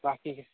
बाकी